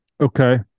Okay